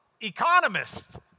Economists